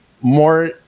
more